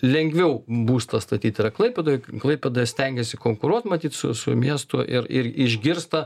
lengviau būstą statyt klaipėdoj klaipėda stengiasi konkuruot matyt su su miestu ir ir išgirsta